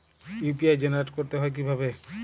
UPI generate করতে হয় কিভাবে?